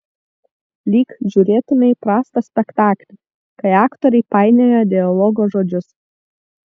lyg žiūrėtumei prastą spektaklį kai aktoriai painioja dialogo žodžius